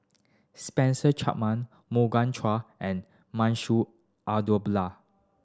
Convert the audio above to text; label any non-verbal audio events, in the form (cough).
Spencer Chapman Morgan Chua and Manshu (unintelligible)